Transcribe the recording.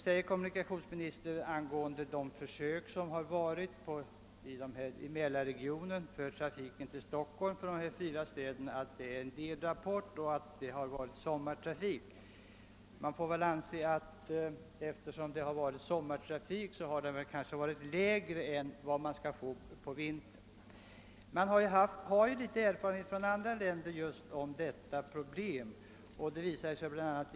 Beträffande försöken i Mälarregionen för trafiken till Stockholm från fyra städer säger kommunikationsministern att det endast föreligger en delrapport för årets fyra första månader och alltså inte för den tid då det varit sommartrafik. Man får väl anse att trafiken under perioden i fråga har varit lägre än i genomsnitt. Det finns erfarenhet av dessa problem från andra länder.